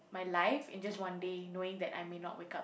my life in just one day knowing that I may not wake up